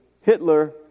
Hitler